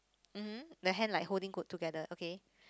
mmhmm the hand like holding together okay